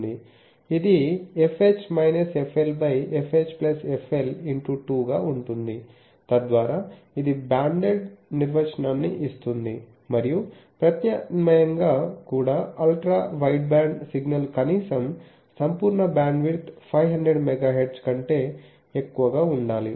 ఇది fH fL 2 గా ఉంటుంది తద్వారా ఇది బాండెడ్ నిర్వచనాన్ని ఇస్తుంది మరియు ప్రత్యామ్నాయంగా కూడా అల్ట్రా వైడ్బ్యాండ్ సిగ్నల్ కనీసం సంపూర్ణ బ్యాండ్విడ్త్ 500MHz కంటే ఎక్కువగా ఉండాలి